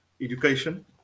education